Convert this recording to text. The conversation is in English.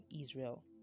Israel